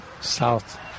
South